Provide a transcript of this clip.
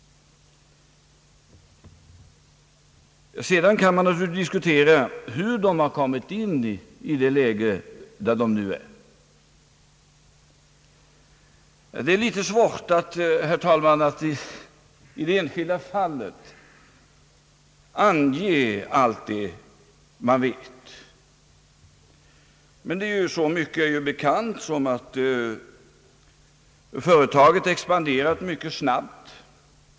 Sedan kan man naturligtvis diskutera hur företaget kommit in i det läge där det nu befinner sig. Det är litet svårt, herr talman, att i det enskilda fallet ange allt det man vet. Men så mycket är ju bekant att företaget expanderat mycket snabbt.